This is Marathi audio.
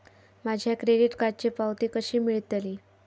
माझ्या क्रेडीट कार्डची पावती कशी मिळतली?